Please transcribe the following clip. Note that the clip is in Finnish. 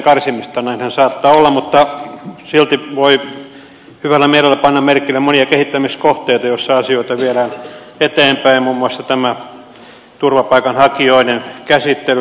näinhän saattaa olla mutta silti voi hyvällä mielellä panna merkille monia kehittämiskohteita joissa asioita viedään eteenpäin muun muassa tämä turvapaikanhakijoiden käsittelyn nopeutus